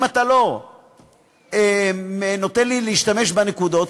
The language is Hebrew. אם אתה לא נותן לי להשתמש בנקודות,